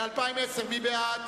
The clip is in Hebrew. מי בעד